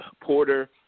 Porter